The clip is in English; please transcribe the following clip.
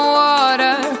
water